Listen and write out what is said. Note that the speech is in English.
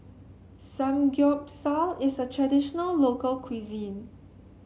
samgyeopsal is a traditional local cuisine